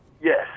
yes